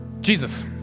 Jesus